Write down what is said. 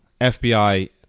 FBI